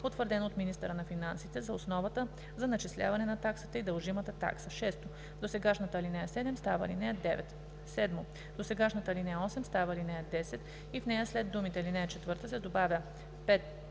утвърден от министъра на финансите, за основата за начисляване на таксата и дължимата такса.“ 6. Досегашната ал. 7 става ал. 9. 7. Досегашната ал. 8 става ал. 10 и в нея след думите “ал. 4“ се добавя „5